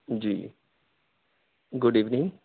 G good evening